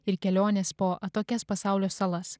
ir kelionės po atokias pasaulio salas